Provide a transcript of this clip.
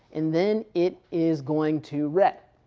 and then it is going to ret,